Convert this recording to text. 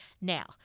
Now